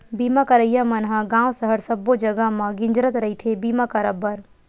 बीमा करइया मन ह गाँव सहर सब्बो जगा म गिंजरत रहिथे बीमा करब बर